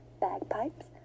bagpipes